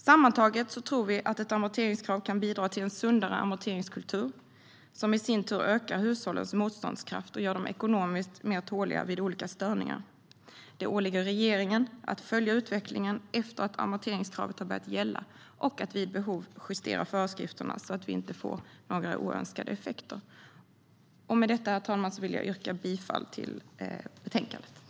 Sammantaget tror vi att ett amorteringskrav kan bidra till en sundare amorteringskultur, som i sin tur ökar hushållets motståndskraft och gör dem ekonomiskt mer tåliga vid olika störningar. Det åligger regeringen att följa utvecklingen efter att amorteringskravet har börjat gälla och att vid behov justera föreskrifterna så att det inte blir några oönskade effekter. Med detta, herr talman, vill jag yrka bifall till utskottets förslag till beslut.